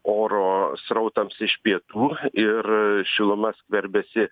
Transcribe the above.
oro srautams iš pietų ir šiluma skverbiasi